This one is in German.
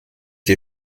der